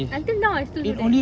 until now I still do that